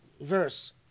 verse